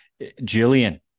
Jillian